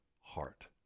heart